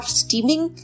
steaming